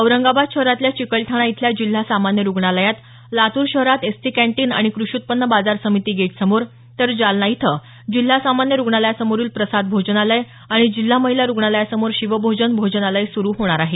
औरंगाबाद शहरातल्या चिकलठाणा इथल्या जिल्हा सामान्य रूग्णालात लातूर शहरात एसटी कँटीन आणि क्रषी उत्पन्न बाजार समिती गेट समोर तर जालना इथं जिल्हा सामान्य रुग्णालयासमोरील प्रसाद भोजनालय आणि जिल्हा महिला रुग्णालयासमोर शिवभोजन भोजनालय सुरु होणार आहे